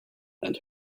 and